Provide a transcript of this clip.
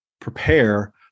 prepare